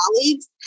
colleagues